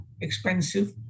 expensive